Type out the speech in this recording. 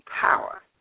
power